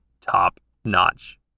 top-notch